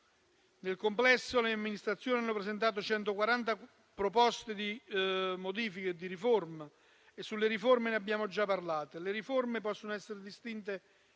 Nel complesso, le amministrazioni hanno presentato 140 proposte di modifica e di riforma. Delle riforme abbiamo già parlato. Possono essere distinte